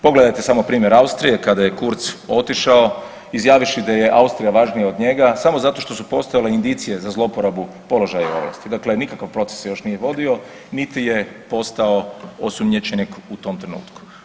Pogledajte samo primjer Austrije, kada je Kurtz otišao izjavivši da je Austrija važnija od njega samo zato što su postojale indicije za zlouporabu položaja i ovlasti, dakle nikakav proces se još nije vodio, niti je postao osumnjičenik u tom trenutku.